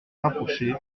rapprochait